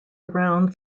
around